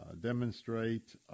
demonstrate